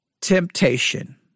temptation